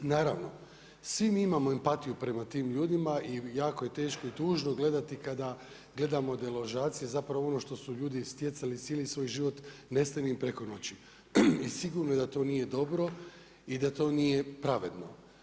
Naravno, svi mi imamo empatiju prema tim ljudima i jako je teško i tužno gledati kada gledamo deložacije, zapravo ono što su ljudi stjecali cijeli svoj život nestane im preko noći i sigurno je da to nije dobro i da to nije pravedno.